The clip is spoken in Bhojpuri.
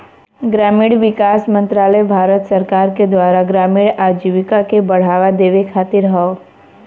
ग्रामीण विकास मंत्रालय भारत सरकार के द्वारा ग्रामीण आजीविका के बढ़ावा देवे खातिर हौ